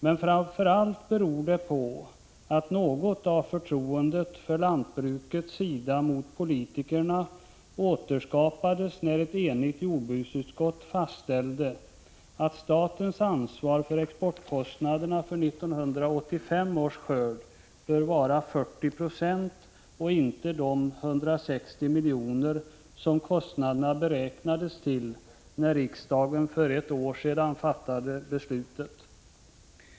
Men framför allt beror det på att något av lantbrukets förtroende för politikerna återupprättades när ett enigt jordbruksutskott fastställde att statens ansvar för exportkostnaderna för 1985 års skörd bör uppgå till 40 96 och inte till de 160 milj.kr. som kostnaderna beräknades till när riksdagen fattade beslut för ett år sedan.